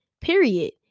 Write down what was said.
period